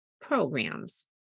programs